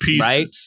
right